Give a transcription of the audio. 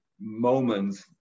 moments